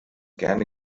gerne